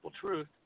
truth